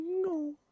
No